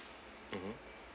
mmhmm